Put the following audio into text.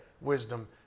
wisdom